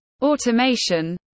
automation